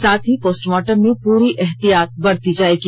साथ ही पोस्टमॉर्टम में पूरी एहतियात बरती जाएगी